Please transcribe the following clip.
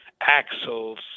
axles